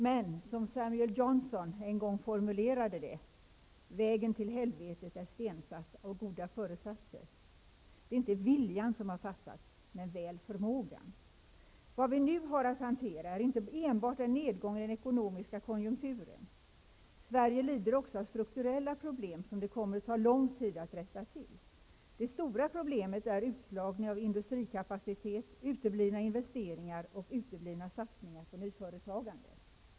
Men, som Samuel Johnson en gång formulerade det: Vägen till helvetet är stensatt med goda föresatser. Det är inte viljan som har fattats, men väl förmågan. Vad vi nu har att hantera är inte enbart en nedgång i den ekonomiska konjunkturen. Sverige lider också av strukturella problem som det kommer att ta lång tid att rätta till. Det stora problemet är utslagningen av industrikapacitet, uteblivna investeringar och uteblivna satsningar på nyföretagande.